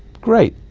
great.